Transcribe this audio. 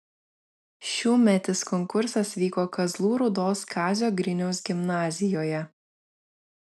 šiųmetis konkursas vyko kazlų rūdos kazio griniaus gimnazijoje